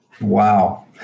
Wow